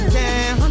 down